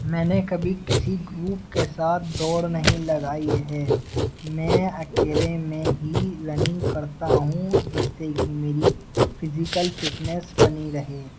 میں نے کبھی کسی گروپ کے ساتھ دوڑ نہیں لگائی ہے میں اکیلے میں ہی رننگ کرتا ہوں جس سے کہ میری فزیکل فٹنیس بنی رہے